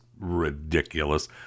ridiculous